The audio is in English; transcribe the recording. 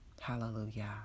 Hallelujah